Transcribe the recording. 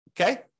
okay